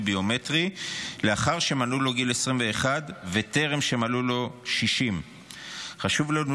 ביומטרי לאחר שמלאו לו גיל 21 וטרם מלאו לו 60. חשוב לנו